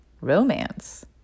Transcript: romance